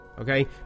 okay